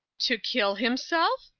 to kill himself?